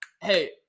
Hey